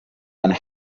and